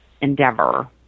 endeavor